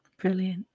Brilliant